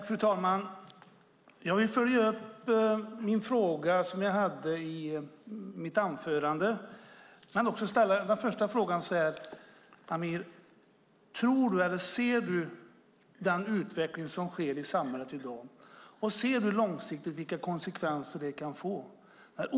Fru talman! Jag vill följa upp den fråga som jag ställde i mitt anförande. Ser du, Amir, den utveckling som sker i samhället i dag? Ser du vilka konsekvenser det kan få långsiktigt?